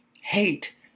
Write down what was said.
Hate